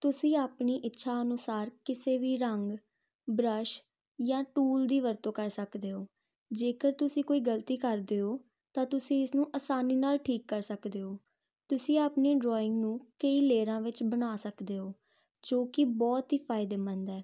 ਤੁਸੀਂ ਆਪਣੀ ਇੱਛਾ ਅਨੁਸਾਰ ਕਿਸੇ ਵੀ ਰੰਗ ਬਰੱਸ਼ ਜਾਂ ਟੂਲ ਦੀ ਵਰਤੋਂ ਕਰ ਸਕਦੇ ਹੋ ਜੇਕਰ ਤੁਸੀਂ ਕੋਈ ਗਲਤੀ ਕਰਦੇ ਹੋ ਤਾਂ ਤੁਸੀਂ ਇਸ ਨੂੰ ਆਸਾਨੀ ਨਾਲ ਠੀਕ ਕਰ ਸਕਦੇ ਹੋ ਤੁਸੀਂ ਆਪਣੀ ਡਰੋਇੰਗ ਨੂੰ ਕਈ ਲੇਅਰਾਂ ਵਿੱਚ ਬਣਾ ਸਕਦੇ ਹੋ ਜੋ ਕਿ ਬਹੁਤ ਹੀ ਫਾਇਦੇਮੰਦ ਹੈ